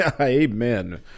Amen